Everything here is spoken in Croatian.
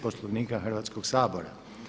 Poslovnika Hrvatskog sabora.